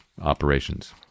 operations